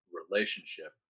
relationship